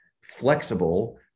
flexible